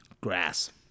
grass